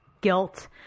guilt